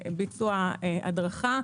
לבצע הדרכה.